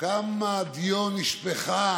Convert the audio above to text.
כמה דיו נשפכה